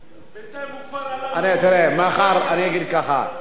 בינתיים הוא כבר עלה, תראה, אני אגיד ככה,